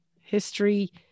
history